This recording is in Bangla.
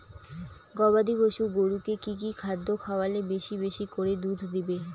গবাদি পশু গরুকে কী কী খাদ্য খাওয়ালে বেশী বেশী করে দুধ দিবে?